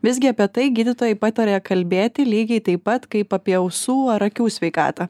visgi apie tai gydytojai pataria kalbėti lygiai taip pat kaip apie ausų ar akių sveikatą